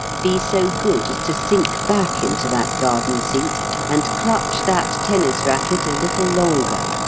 be so good as to sink back into that garden-seat and clutch that tennis racket a little longer.